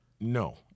no